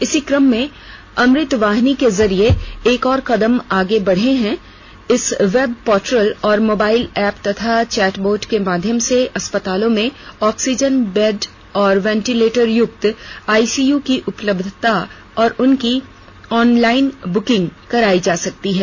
इसी क्रम मे अमृत वाहिनी के जरिए एक और कदम आगे बढ़े हैं इस वेब पोर्टल और मोबाइल एप्प तथा चौटबोट के माध्यम से अस्पतालों में ऑक्सीजन बेड और वेंटिलेटर युक्त आईसीयू की उपलब्धता और उसकी ऑनलाइन बुकिंग कराई जा सकती है